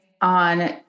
on